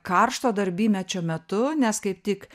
karšto darbymečio metu nes kaip tik